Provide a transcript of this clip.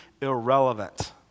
irrelevant